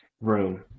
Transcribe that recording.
room